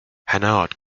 hanaud